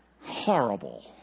Horrible